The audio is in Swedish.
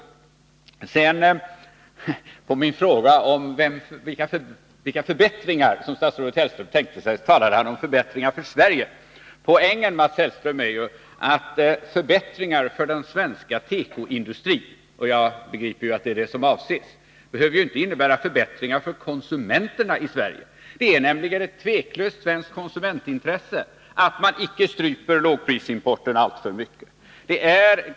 När det gäller min fråga om vilka förbättringar statsrådet Hellström tänkte sig, talade han om förbättringar för Sverige. Poängen, Mats Hellström, är ju att förbättringar för den svenska tekoindustrin — jag begriper att det är det som avses —- inte behöver innebära förbättringar för konsumenterna i Sverige. Det är nämligen ett tveklöst svenskt konsumentintresse att man icke stryper lågprisimporten alltför mycket.